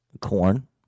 Corn